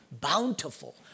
bountiful